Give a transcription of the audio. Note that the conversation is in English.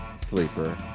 Sleeper